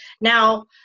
Now